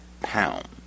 pound